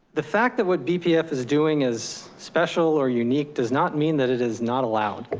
the fact that what bpf is doing is special or unique does not mean that it is not allowed.